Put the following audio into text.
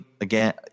again